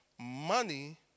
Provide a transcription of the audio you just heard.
money